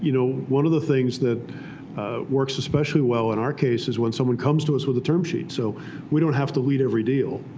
you know one of the things that works especially well in our case is when someone comes to us with a term sheet. so we don't have to lead every deal.